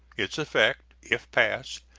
its effect, if passed,